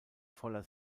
voller